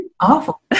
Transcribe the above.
Awful